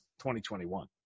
2021